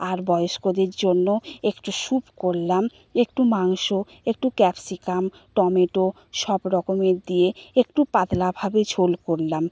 আর বয়স্কদের জন্য একটু স্যুপ করলাম একটু মাংস একটু ক্যাপসিকাম টমেটো সব রকমের দিয়ে একটু পাতলাভাবে ঝোল করলাম